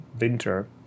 winter